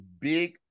Big